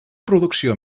producció